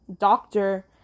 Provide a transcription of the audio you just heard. doctor